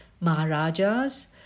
Maharajas